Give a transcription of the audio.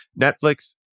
Netflix